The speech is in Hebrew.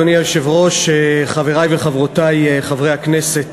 אדוני היושב-ראש, חברי וחברותי חברי הכנסת,